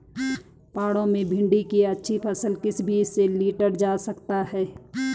पहाड़ों में भिन्डी की अच्छी फसल किस बीज से लीटर जा सकती है?